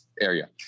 area